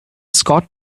scott